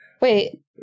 wait